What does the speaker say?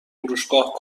فروشگاه